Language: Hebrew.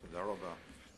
תודה רבה.